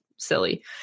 Silly